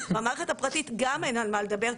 במערכת הפרטית גם אין על מה לדבר.